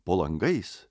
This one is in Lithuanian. po langais